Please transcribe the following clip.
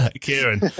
Kieran